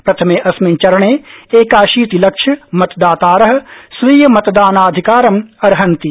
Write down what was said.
प्रथमे अस्मिन् चरणे एकाशीति लक्ष मतदातार स्वीयमतदानाधिकारम् अर्हन्ति